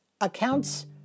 accounts